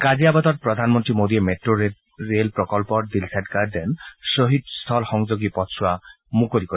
গাজিয়াবাদত প্ৰধানমন্ত্ৰী মোদীয়ে metro rail প্ৰকল্পৰ দিলছাদ গাৰ্ডেন খ্বহীদ স্থল সংযোগী পথচোৱা মুকলি কৰিব